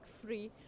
free